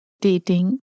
dating